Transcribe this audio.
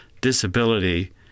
disability